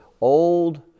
old